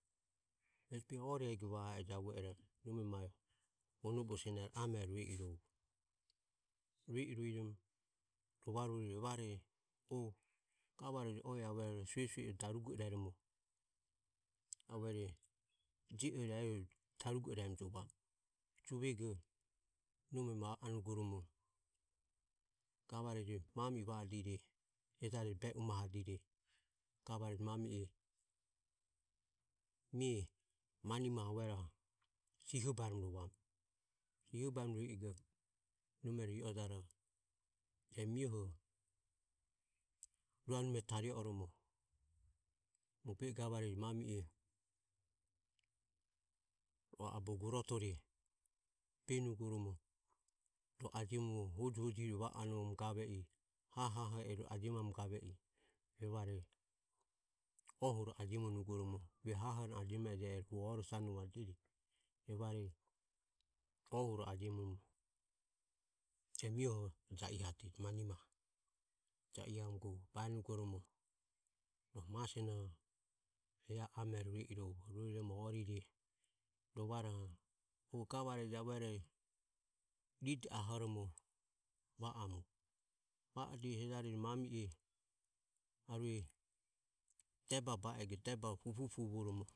Ehesi behoho ori ege va e e javue ero nome ma vonobu o sionero amero rue i rovo. Rue i rueromo rovare evare o gavare oe aruere suesue o darugo iraeromo aruere je ore e darugo iraeromo juvamu juvego nome va onugoromo gavareje. Mami e va adire hejare be umahadire gavareje mami e mie manimae aruere siho baeromo rovamu sihobaeromo rue ego nome ri ojaroho e mioho ruanumiae tario oromo mobe i gavareje. Mami e va abogurotore beromo ro ajio hojihojire va onovamu gave i hahahore ajio mamu gave i evare ohuro ajiomonugoromo rue haho eno ajiome ejie ero hu ore sanuvajire evare ohuro ajiomoromo e mioho ja ihadeje manimae. Ja ihamu baenugoromo rohu ma sionoho amero rue irovo rueromo orire rovaroho o gavareje aruere ride ahoromo va amu. Va adire o hejareje mami e arue debae ba ego debae pupupuvoromo